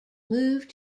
moved